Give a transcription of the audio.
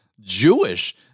Jewish